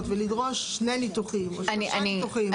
ולדרוש שני ניתוחים או שלושה ניתוחים,